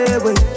away